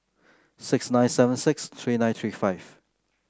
six nine seven six three nine three five